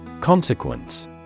Consequence